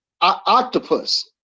octopus